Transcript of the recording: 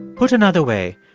put another way,